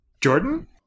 Jordan